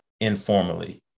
informally